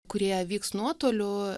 kurie vyks nuotoliu